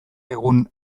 egun